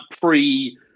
pre